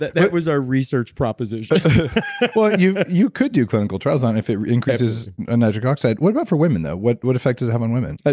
that was our research proposition well you you could do clinical trials on it if it increases ah nitric oxide. what about for women though, what what effect does it have on women? but